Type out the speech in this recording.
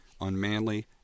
unmanly